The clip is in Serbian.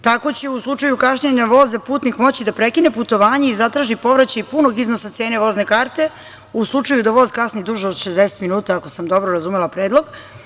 Tako će u slučaju kašnjenja voza putnik moći da prekine putovanje i zatraži povraćaj punog iznosa cene vozne karte u slučaju da voz kasni duže od 60 minuta, ako sam dobro razumela predlog.